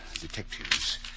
detectives